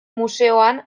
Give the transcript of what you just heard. museoan